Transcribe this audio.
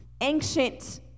ancient